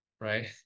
Right